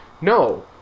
no